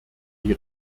die